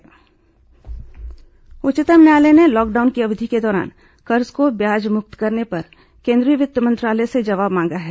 उच्चतम न्यायालय प्रतिबंध उच्चतम न्यायालय ने लॉकडाउन की अवधि के दौरान कर्ज को ब्याज मुक्त करने पर केंद्रीय वित्त मंत्रालय से जवाब मांगा है